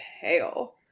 pale